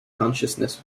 consciousness